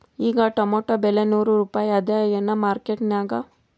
ಈಗಾ ಟೊಮೇಟೊ ಬೆಲೆ ನೂರು ರೂಪಾಯಿ ಅದಾಯೇನ ಮಾರಕೆಟನ್ಯಾಗ?